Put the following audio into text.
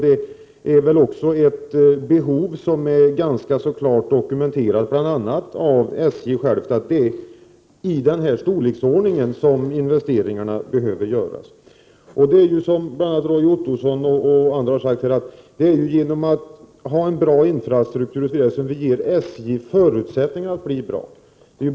Det finns ett behov som är ganska klart dokumenterat av bl.a. SJ. De investeringar som behöver göras gäller kostnader i denna storleksordning. Som Roy Ottosson och andra här har sagt är det ju genom att sörja för en bra infrastruktur som vi ger SJ förutsättningar att bli bra.